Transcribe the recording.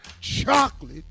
Chocolate